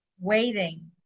waiting